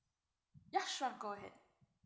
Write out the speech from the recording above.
ya sure go ahead